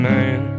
Man